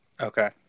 Okay